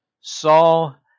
Saul